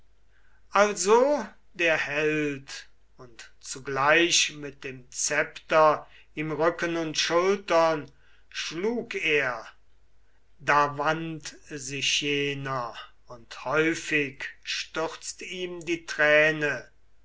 also der held und zugleich mit dem scepter ihm rücken und schultern schlug er da wand sich jener und häufig stürzt ihm die träne